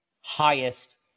highest